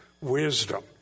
wisdom